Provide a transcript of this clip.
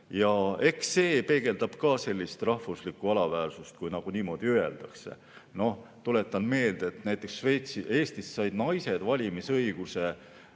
Eks see peegeldab ka sellist rahvuslikku alaväärsust, kui niimoodi öeldakse. Tuletan meelde, et näiteks Eestis said naised valimisõiguse